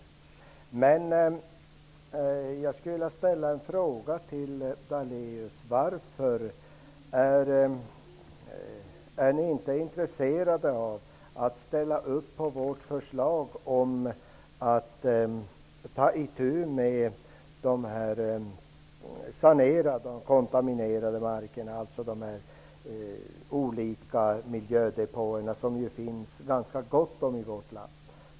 Jag skulle ändå vilja ställa en fråga till Daléus: Varför är ni inte intresserade av att gå med på vårt förslag om att sanera de kontaminerade markerna, dvs. de olika deponier som det är ganska gott om i vårt land?